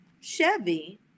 Chevy